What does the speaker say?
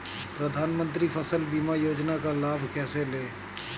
प्रधानमंत्री फसल बीमा योजना का लाभ कैसे लें?